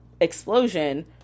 explosion